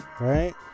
Right